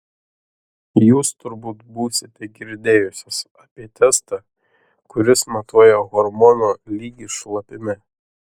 jūs turbūt būsite girdėjusios apie testą kuris matuoja hormono lygį šlapime